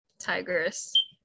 tigers